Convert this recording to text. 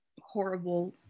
horrible